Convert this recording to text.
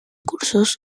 cursos